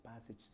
passage